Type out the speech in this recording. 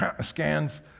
scans